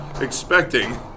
expecting